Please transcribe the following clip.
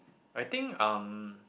I think um